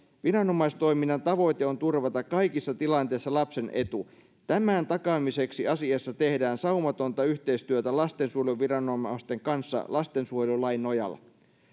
viranomaistoiminnan tavoite on turvata kaikissa tilanteissa lapsen etu tämän takaamiseksi asiassa tehdään saumatonta yhteistyötä lastensuojeluviranomaisten kanssa lastensuojelulain nojalla